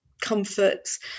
comforts